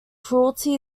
cruelty